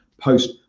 post